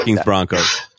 Broncos